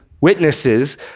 witnesses